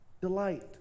Delight